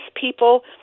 people